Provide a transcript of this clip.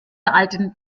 alten